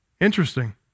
Interesting